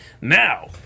now